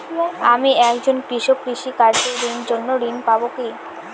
আমি একজন কৃষক কৃষি কার্যের জন্য ঋণ পাব কি?